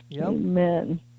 amen